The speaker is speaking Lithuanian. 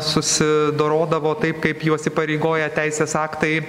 susidorodavo taip kaip juos įpareigoja teisės aktai